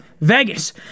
Vegas